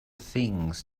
things